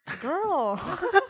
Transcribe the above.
Girl